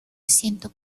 ciento